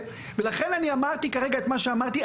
לכן אני אמרתי כרגע את מה שאמרתי,